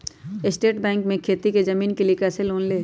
State bank से खेती की जमीन के लिए कैसे लोन ले?